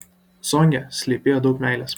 zonge slypėjo daug meilės